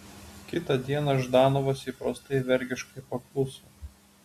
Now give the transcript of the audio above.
kitą dieną ždanovas įprastai vergiškai pakluso